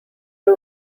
two